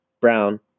brown